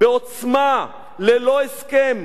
בעוצמה, ללא הסכם.